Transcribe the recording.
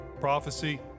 prophecy